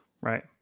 Right